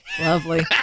lovely